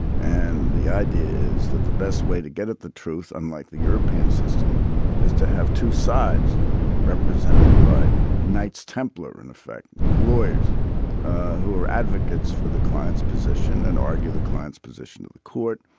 and the idea is that the best way to get at the truth unlike the european system is to have two sides represented by knights templar and effect the lawyers who are advocates for the client's position and argue the client's position in the court.